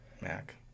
Mac